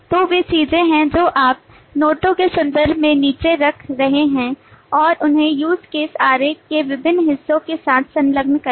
तो वे चीजें हैं जो आप नोटों के संदर्भ में नीचे रख रहे हैं और उन्हें use case आरेख के विभिन्न हिस्सों के साथ संलग्न करें